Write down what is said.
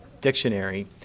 dictionary